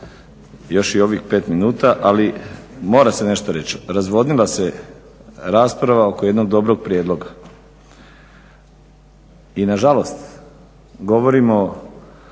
još i ovih pet minuta ali mora se nešto reći. Razvodnila se rasprava oko jednog dobrog prijedloga. I na žalost govorimo o